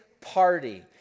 party